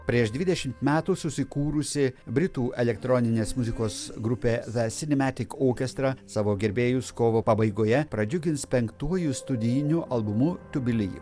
prieš dvidešimt metų susikūrusi britų elektroninės muzikos grupė the sinemetik okestra savo gerbėjus kovo pabaigoje pradžiugins penktuoju studijiniu albumu to believe